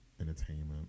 entertainment